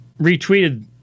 retweeted